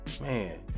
man